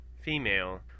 female